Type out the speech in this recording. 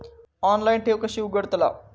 Online ठेव कशी उघडतलाव?